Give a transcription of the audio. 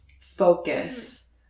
focus